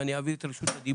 ואני אעביר את רשות הדיבור